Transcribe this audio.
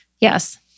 Yes